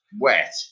wet